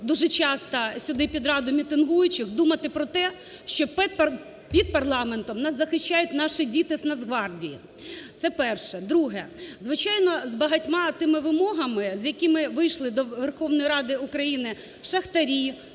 дуже часто сюди під Раду мітингуючих, думати про те, що під парламентом нас захищають наші діти з Нацгвардії. Це перше. Друге. Звичайно з багатьма тими вимогами, з якими вийшли до Верховної Ради України шахтарі,